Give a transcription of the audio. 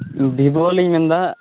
ᱵᱷᱤᱵᱳ ᱞᱤᱧ ᱢᱮᱱ ᱮᱫᱟ